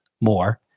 more